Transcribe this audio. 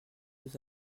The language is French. deux